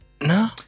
No